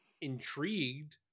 intrigued